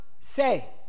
say